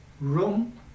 room